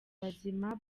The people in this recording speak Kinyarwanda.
bazima